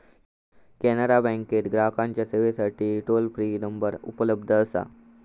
कॅनरा बँकेत ग्राहकांच्या सेवेसाठी टोल फ्री नंबर उपलब्ध असा